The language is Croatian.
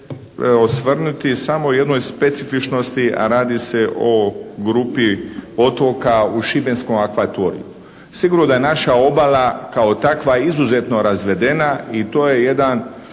osvrnuti samo jednoj specifičnosti a radi se o grupi otoka u Šibenskom akvatoriju. Sigurno da je naša obala kao takva izuzetno razvedena i to je jedan